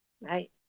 Right